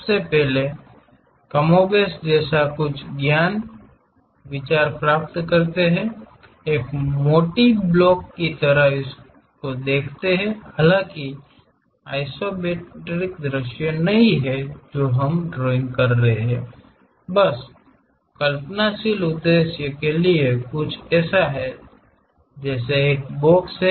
सबसे पहले कमोबेश सहज ज्ञान युक्त विचार प्राप्त करें एक मोटी ब्लॉक की तरह दिखता है हालांकि यह आइसोमेट्रिक दृश्य नहीं है जो हम ड्राइंग कर रहे हैं बस कल्पनाशील उद्देश्य के लिए कुछ ऐसा है जैसे एक बॉक्स है